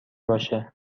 باشه